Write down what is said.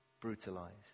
brutalized